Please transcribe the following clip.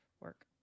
work